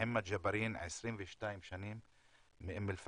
מחמד ג'בארין, בן 22 מאום אל פחם,